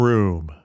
Room